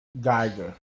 Geiger